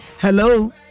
Hello